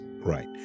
Right